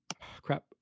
crap